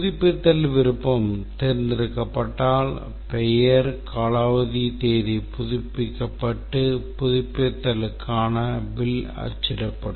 புதுப்பித்தல் விருப்பம் தேர்ந்தெடுக்கப்பட்டால் பெயர் காலாவதி தேதி புதுப்பிக்கப்பட்டு புதுப்பித்தலுக்கான பில் அச்சிடப்படும்